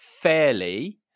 fairly